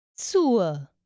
Zur